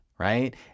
Right